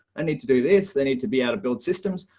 ah need to do this. they need to be able to build systems,